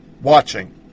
watching